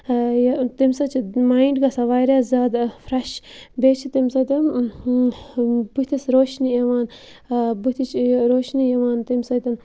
یہِ تَمہِ سۭتۍ چھُ مایِنڈ گژھان واریاہ زیادٕ فرٛٮ۪ش بیٚیہِ چھِ تَمہِ سۭتۍ بٕتھِس روشنی یِوان بٕتھِس چھِ یہِ روشنی یِوان تَمہِ سۭتۍ